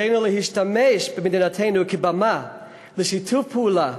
עלינו להשתמש במדינתנו כבמה לשיתוף פעולה